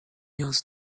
نیاز